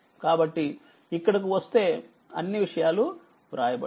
కాబట్టి ఇక్కడకు వస్తే అన్ని విషయాలు వ్రాయబడ్డాయి